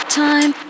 time